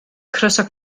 crysau